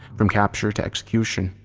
from capture to execution.